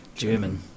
German